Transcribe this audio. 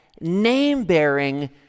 name-bearing